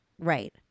Right